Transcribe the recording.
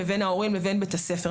לבין ההורים ולבין בית הספר.